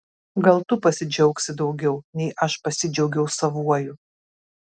gal tu pasidžiaugsi daugiau nei aš pasidžiaugiau savuoju